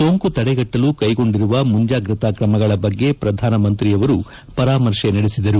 ಸೋಂಕು ತಡೆಗಟ್ಟಲು ಕೈಗೊಂಡಿರುವ ಮುಂಜಾಗ್ರತಾ ಕ್ರಮಗಳ ಬಗ್ಗೆ ಪ್ರಧಾನಮಂತ್ರಿಯವರು ಪರಾಮರ್ಶೆ ನಡೆಸಿದರು